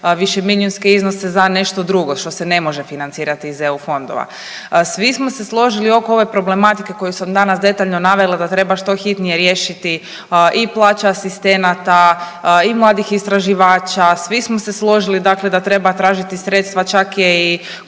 višemilijunske iznose za nešto drugo što se ne može financirati iz EU fondova. Svi smo se složili oko ove problematike koju sam danas detaljno navela da treba što hitnije riješiti i plaće asistenata i mladih istraživača. Svi smo se složili, dakle da treba tražiti sredstva. Čak je i